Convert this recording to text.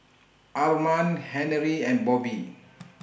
Armand Henery and Bobbie